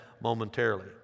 momentarily